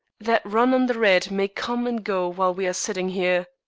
that run on the red may come and go while we are sitting here.